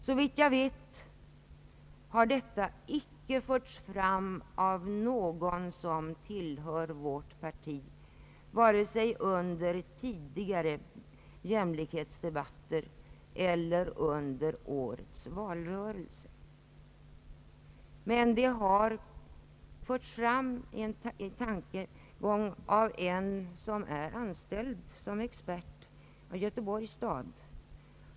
Såvitt jag vet har detta icke förts fram av någon som tillhör vårt parti, vare sig under tidigare jämlikhetsdebatter eller under årets valrörelse. Men det har förts fram en tanke av en person som är anställd som expert av Göteborgs stad.